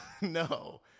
No